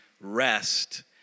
rest